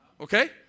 Okay